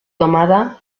tomada